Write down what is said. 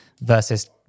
versus